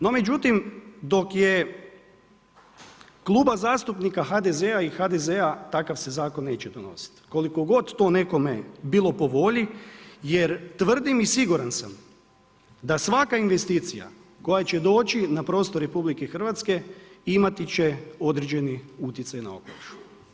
No međutim dok je Kluba zastupnika HDZ-a i HDZ-a takav se zakon neće donosit, koliko god to nekome bilo po volji jer tvrdim i siguran sam da svaka investicija koja će doći na prostor RH imati će određeni uticaj na okoliš.